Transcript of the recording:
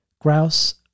Grouse